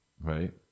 right